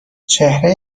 چهره